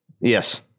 Yes